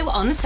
on